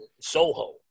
Soho